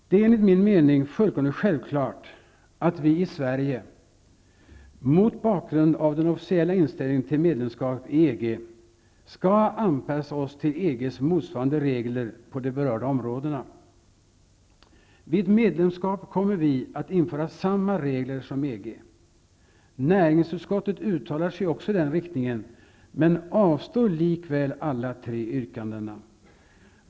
Det är enligt min mening fullkomligt självklart att vi i Sverige, mot bakgrund av den officiella inställningen till medlemskap i EG, skall anpassa oss till EG:s motsvarande regler på de berörda områdena. Vid ett medlemskap kommer vi att införa samma regler som EG. Näringsutskottet uttalar sig också i den riktningen men avstyrker likväl alla tre yrkandena.